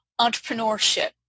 entrepreneurship